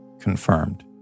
confirmed